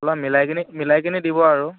অলপ মিলাই কিনি মিলাই কিনি দিব আৰু